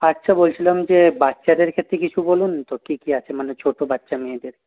আচ্ছা বলছিলাম যে বাচ্চাদের ক্ষেত্রে কিছু বলুন তো কি কি আছে মানে ছোট বাচ্চা মেয়েদের